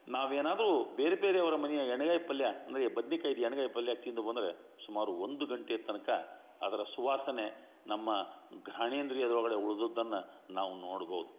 ನಾವು ಏನಾದರು ಬೇರೆ ಬೇರೆಯವರ ಮನೆಯ ಎಣ್ಗಾಯಿ ಪಲ್ಯ ಅಂದರೆ ಬದ್ನಿಕಾಯ್ದು ಎಣ್ಗಾಯಿ ಪಲ್ಯ ತಿಂದು ಬಂದರೆ ಸುಮಾರು ಒಂದು ಗಂಟೆ ತನಕ ಅದರ ಸುವಾಸನೆ ನಮ್ಮ ಗ್ರಣೇಂದ್ರಿಯದ ಒಳಗಡೆ ಉಳ್ದದನ್ನು ನಾವು ನೋಡ್ಬಹ್ದು